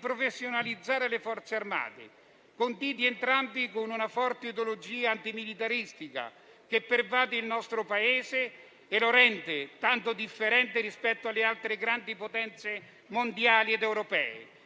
professionalizzazione delle Forze armate, conditi entrambi da una forte ideologia antimilitarista, che pervade il nostro Paese e lo rende tanto differente rispetto alle altre grandi potenze mondiali ed europee.